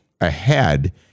ahead